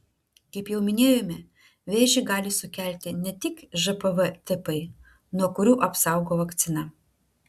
kaip jau minėjome vėžį gali sukelti ne tik žpv tipai nuo kurių apsaugo vakcina